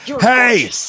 hey